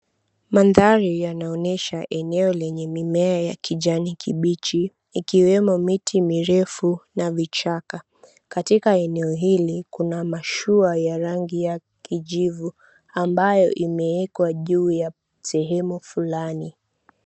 Mandhari yanaonyesha eneo lenye mimea ya kijani kibichi ikiwemo miti mirefu na vichaka katika eneo hili kuna mashua ya rangi ya kijivu ambayo imewekwa juu ya sehemu fulani.